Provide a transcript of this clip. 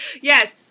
Yes